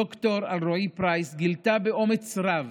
ד"ר אלרעי פרייס גילתה באומץ רב